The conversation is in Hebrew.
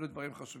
אלו דברים חשובים.